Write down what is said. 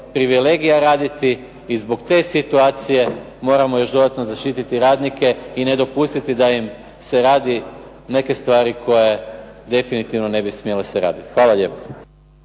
privilegija raditi i zbog te situacije moramo još dodatno zaštititi radnike i ne dopustiti da im se rade neke stvari koje definitivno ne bi smjele se raditi. Hvala lijepo.